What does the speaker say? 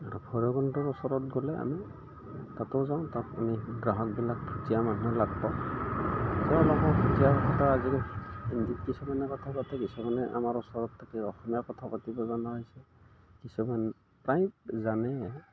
আৰু ভৈৰৱকুণ্ডৰ ওচৰত গ'লে আমি তাতো যাওঁ তাত আমি গ্ৰাহকবিলাক ভূটিয়া মানুহ লগ পাওঁ তেওঁলোকক তেওঁৰ কথা আজিলৈকে কিছুমানে কথা পাতে কিছুমানে আমাৰ ওচৰত থাকি অসমীয়া কথা পাতিব জনা হৈছে কিছুমানে প্ৰায় জানে